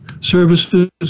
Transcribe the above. services